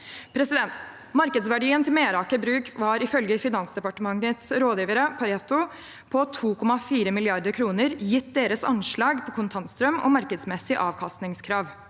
marked. Markedsverdien til Meraker Brug var ifølge Finansdepartementets rådgiver Pareto på 2,4 mrd. kr, gitt deres anslag på kontantstrøm og markedsmessig avkastningskrav.